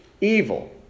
evil